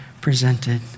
presented